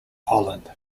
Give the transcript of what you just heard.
holland